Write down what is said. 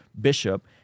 bishop